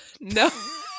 No